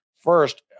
first